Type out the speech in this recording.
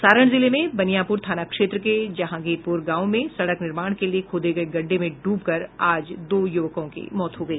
सारण जिले में बनियापुर थाना क्षेत्र के जहागीरपुर गांव में सड़क निर्माण के लिए खोदे गये गड्ढे में ड्रबकर आज दो युवकों की मौत हो गई